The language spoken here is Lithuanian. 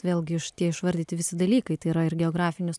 vėlgi šitie išvardyti visi dalykai tai yra ir geografinis